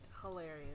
hilarious